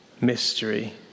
mystery